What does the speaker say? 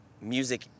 music